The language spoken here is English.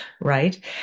right